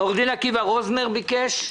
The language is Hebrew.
עו"ד עקיבא רוזנר ביקש,